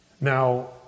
Now